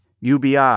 UBI